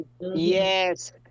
Yes